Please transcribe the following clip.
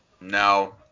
No